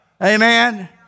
Amen